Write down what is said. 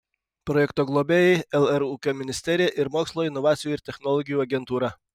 projekto globėjai lr ūkio ministerija ir mokslo inovacijų ir technologijų agentūra